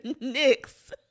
Knicks